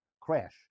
Crash